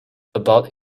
about